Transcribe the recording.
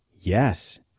yes